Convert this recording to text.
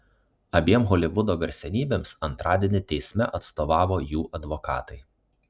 abiem holivudo garsenybėms antradienį teisme atstovavo jų advokatai